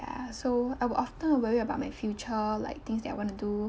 so I will often worry about my future like things that I want to do